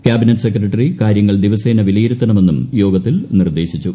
cabinet secretary കാര്യങ്ങൾ ദിവസേന വിലയിരുത്തണമെന്നും യോഗത്തിൽ നിർദ്ദേശിച്ചു